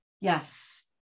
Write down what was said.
Yes